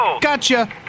Gotcha